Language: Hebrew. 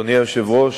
אדוני היושב-ראש,